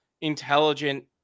intelligent